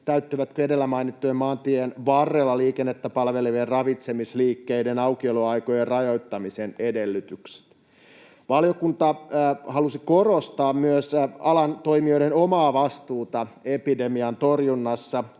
täyttyvätkö edellä mainittujen maanteiden varrella liikennettä palvelevien ravitsemisliikkeiden aukioloaikojen rajoittamisen edellytykset. Valiokunta halusi korostaa myös alan toimijoiden omaa vastuuta epidemian torjunnassa